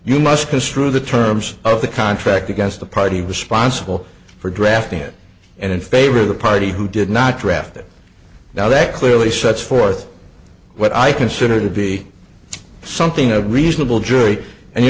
you must construe the terms of the contract against the party responsible for drafting it and in favor of the party who did not draft it now that clearly sets forth what i consider to be something of a reasonable jury and you